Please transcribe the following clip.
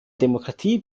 demokratie